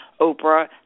Oprah